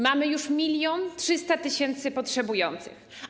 Mamy już 1300 tys. potrzebujących.